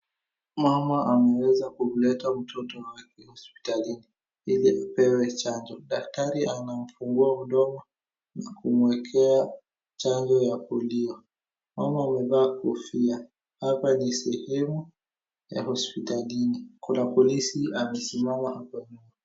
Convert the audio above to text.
Mama ameweza kumleta mtoto wake hospitalini ili apewe chanjo daktari anamfungua mdomo kumwekea chanjo ya polio mama amevaa kofia hapa ni sehemu ya hospitalini kuna polisi amesimama hapo